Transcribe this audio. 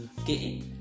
Okay